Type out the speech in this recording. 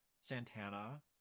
Santana